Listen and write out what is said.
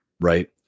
right